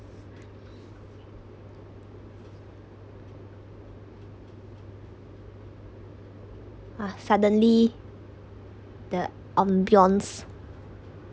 ah suddenly the ambiance